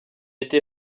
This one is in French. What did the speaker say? été